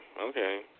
okay